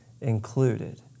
included